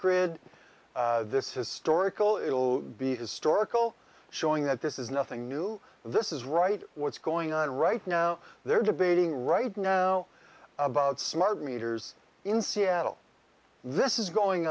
grid this historical it'll be historical showing that this is nothing new this is right what's going on right now they're debating right now about smart meters in seattle this is going